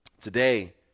Today